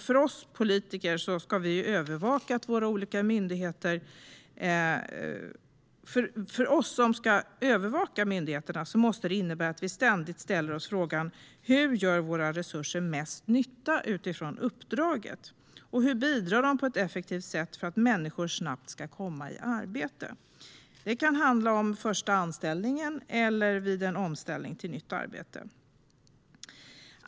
För oss politiker som ska övervaka myndigheterna måste det innebära att vi ständigt ställer oss frågan: Hur gör våra resurser mest nytta utifrån uppdraget? Hur bidrar de på ett effektivt sätt för att människor snabbt ska komma i arbete? Det kan handla om första anställningen eller omställning till nytt arbete.